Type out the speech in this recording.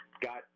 got